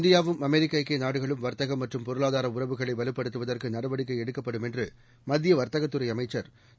இந்தியாவும் அமெரிக்கஐக்கியநாடுகளும் வர்த்தகம் மற்றும் பொருளாதாரஉறவுகளைவலுப்படுத்துவதற்குநடவடிக்கைஎடுக்கப்படும் என்றுமத்தியவர்த்தகதுறைஅமைச்சர் திரு